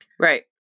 right